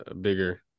bigger